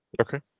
Okay